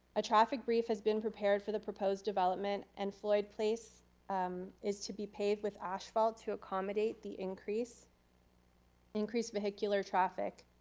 a traffic brief has been prepared for the proposed development and floyd place is to be paved with asphalt to accommodate the increased increased vehicular traffic.